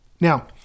Now